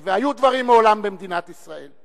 והיו דברים מעולם במדינת ישראל.